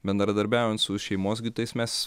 bendradarbiaujant su šeimos gydytojais mes